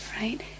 right